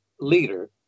leader